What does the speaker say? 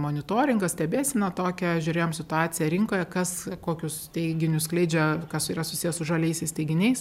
monitoringą stebėseną tokią žiūrėjom situaciją rinkoje kas kokius teiginius skleidžia kas yra susiję su žaliaisiais teiginiais